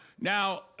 now